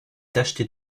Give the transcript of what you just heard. tachetée